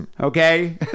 Okay